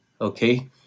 okay